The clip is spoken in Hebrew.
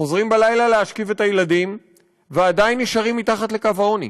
חוזרים בלילה להשכיב את הילדים ועדיין נשארים מתחת לקו העוני.